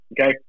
okay